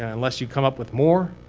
unless you come up with more,